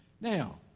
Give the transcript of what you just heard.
Now